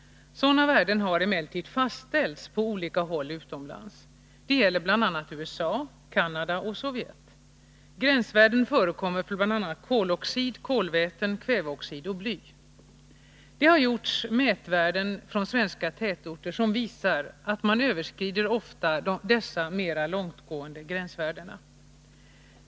Sådana värden har emellertid fastställts på olika håll utomlands. Det gäller bl.a. USA, Canada och Sovjet. Gränsvärden förekommer för bl.a. koloxid, kolväten, kväveoxid och bly. Mätvärden från svenska tätorter överskrider ofta de mer långtgående av dessa gränsvärden.